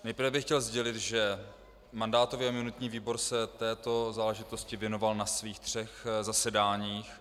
Nejprve bych chtěl sdělit, že mandátový a imunitní výbor se této záležitosti věnoval na svých třech zasedáních.